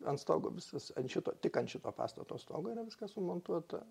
ant stogo visas ant šito tik ant šito pastato stogo yra viskas sumontuota